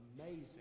Amazing